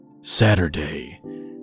Saturday